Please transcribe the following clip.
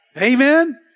Amen